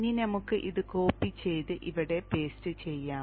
ഇനി നമുക്ക് ഇത് കോപ്പി ചെയ്ത് ഇവിടെ പേസ്റ്റ് ചെയ്യാം